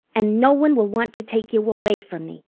and no one will want to take you away from me.